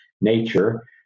nature